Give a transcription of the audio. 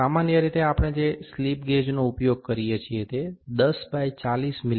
સામાન્ય રીતે આપણે જે સ્લિપ ગેજનો ઉપયોગ કરીએ છીએ તે 10 × 40 મી